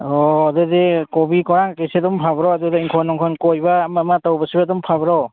ꯑꯣ ꯑꯗꯨꯗꯤ ꯀꯣꯕꯤ ꯀꯣꯔꯥꯡ ꯀꯔꯤꯁꯨ ꯑꯗꯨꯝ ꯐꯕ꯭ꯔꯣ ꯑꯗꯨꯗ ꯏꯪꯈꯣꯟ ꯅꯨꯡꯈꯣꯟ ꯀꯣꯏꯕ ꯑꯃ ꯑꯃ ꯇꯧꯕꯁꯨ ꯑꯗꯨꯝ ꯐꯕ꯭ꯔꯣ